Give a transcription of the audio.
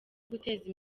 guteza